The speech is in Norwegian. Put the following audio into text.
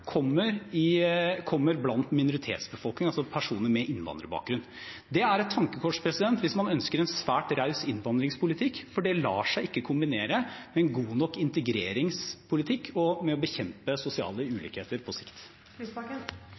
kommer blant minoritetsbefolkningen, altså personer med innvandrerbakgrunn. Det er et tankekors hvis man ønsker en svært raus innvandringspolitikk, for det lar seg ikke kombinere med en god nok integreringspolitikk og med å bekjempe sosiale ulikheter på